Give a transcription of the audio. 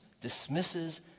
dismisses